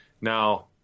Now